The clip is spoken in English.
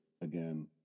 again